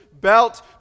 belt